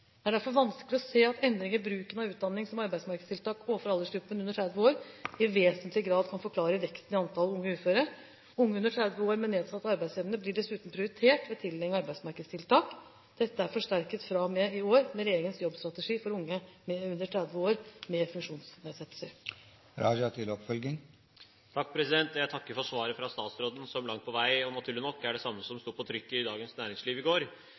Det er derfor vanskelig å se at endringer i bruken av utdanning som arbeidsmarkedstiltak overfor aldersgruppen under 30 år i vesentlig grad kan forklare veksten i antallet unge uføre. Unge under 30 år med nedsatt arbeidsevne blir dessuten prioritert ved tildeling av arbeidsmarkedstiltak. Dette er forsterket fra og med i år med regjeringens jobbstrategi for unge under 30 år med funksjonsnedsettelser. Jeg takker for svaret fra statsråden, som langt på vei – og naturlig nok – er det samme som sto på trykk i Dagens Næringsliv i går.